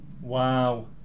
Wow